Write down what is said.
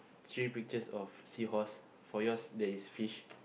three pictures of seahorse for yours there is fish